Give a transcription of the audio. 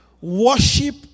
Worship